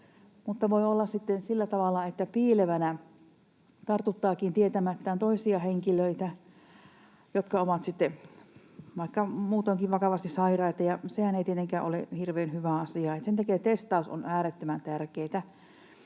voi olla sillä tavalla, että piilevänä tartuttaakin tietämättään toisia henkilöitä, jotka ovat sitten vaikka muutoinkin vakavasti sairaita, ja sehän ei tietenkään ole hirveän hyvä asia. Sen takia tes-taus on äärettömän tärkeätä.